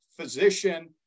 physician